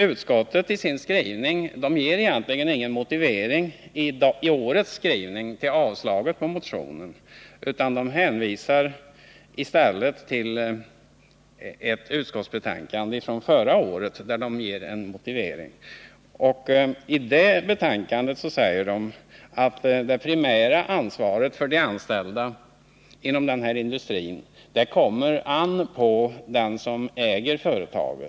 I årets skrivning ger utskottet egentligen inte någon motivering till varför det avstyrker motionen. Utskottet hänvisar i stället till förra årets utskottsbetänkande, där det lämnas en motivering. I det betänkandet framhålls att det primära ansvaret för de anställda inom denna industri vilar på den som äger företaget.